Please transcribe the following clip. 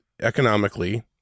economically